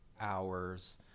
hours